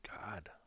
God